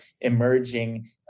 emerging